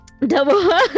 Double